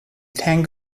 thank